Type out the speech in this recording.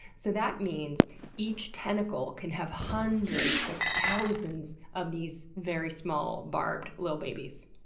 so that means each tentacle can have hundreds to thousands of these very small, barbed li'l babies.